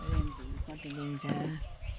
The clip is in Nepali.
रेन्टहरू कति लिन्छ